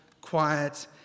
quiet